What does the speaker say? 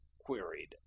queried